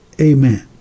Amen